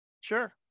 Sure